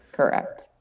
Correct